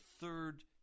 third